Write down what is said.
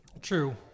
True